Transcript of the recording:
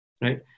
right